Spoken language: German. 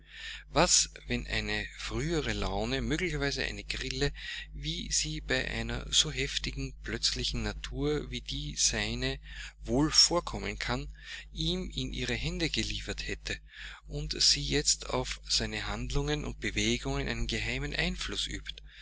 was wenn eine frühere laune möglicherweise eine grille wie sie bei einer so heftigen plötzlichen natur wie die seine wohl vorkommen kann ihn in ihre hände geliefert hätte und sie jetzt auf seine handlungen und bewegungen einen geheimen einfluß übt